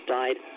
died